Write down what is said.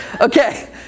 Okay